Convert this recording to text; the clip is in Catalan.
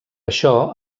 això